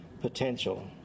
potential